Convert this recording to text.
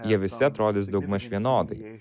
jie visi atrodys daugmaž vienodai